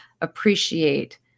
appreciate